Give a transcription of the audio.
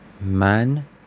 Man